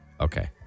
Okay